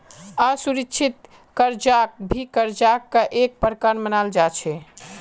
असुरिक्षित कर्जाक भी कर्जार का एक प्रकार मनाल जा छे